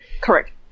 Correct